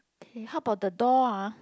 okay how about the door ah